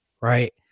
right